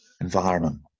environment